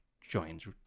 joins